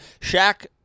Shaq